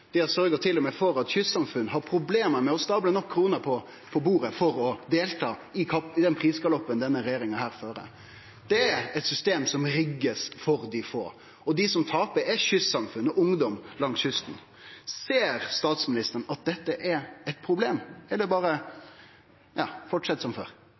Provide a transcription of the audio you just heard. Dei har til og med sørgt for at kystsamfunn har problem med å stable nok kroner på bordet for å delta i prisgaloppen denne regjeringa fører. Det er eit system som er rigga for dei få, og dei som taper, er kystsamfunn – ungdom langs kysten. Ser statsministeren at dette er eit problem, eller fortset det berre som før?